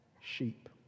sheep